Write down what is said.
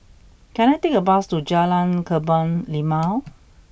can I take a bus to Jalan Kebun Limau